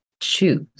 choose